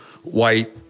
white